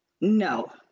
No